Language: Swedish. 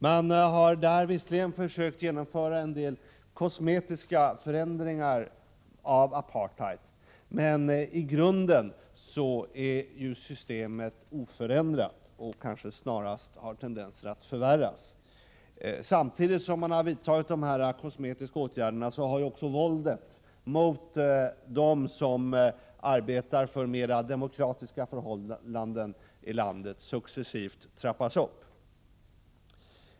Man har där visserligen försökt genomföra en del kosmetiska förändringar i apartheidpolitiken, men i grunden är systemet oförändrat och kanske snarast har tendenser att förvärras. Samtidigt som man har vidtagit dessa kosmetiska åtgärder har också våldet mot dem som arbetar för mera demokratiska förhållanden i landet successivt trappats upp.